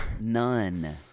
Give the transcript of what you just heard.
none